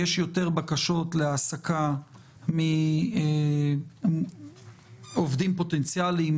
עובדים שיש להם היתר לעבוד בסיעוד לא עובדים בסיעוד.